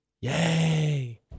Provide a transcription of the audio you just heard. Yay